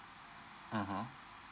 mmhmm